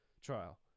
trial